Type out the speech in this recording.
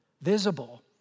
visible